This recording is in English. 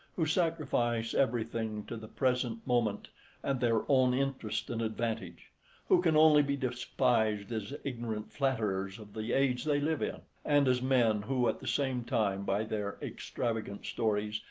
who sacrifice everything to the present moment and their own interest and advantage who can only be despised as ignorant flatterers of the age they live in and as men, who, at the same time, by their extravagant stories,